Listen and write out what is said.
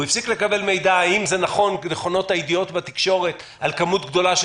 הוא הפסיק לקבל מידע האם נכונות הידיעות בתקשורת על כמות גדולה של